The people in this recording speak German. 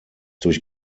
durch